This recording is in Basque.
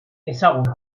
ezaguna